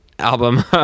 album